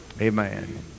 amen